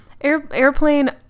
airplane